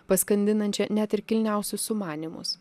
paskandinančią net ir kilniausius sumanymus